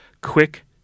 quick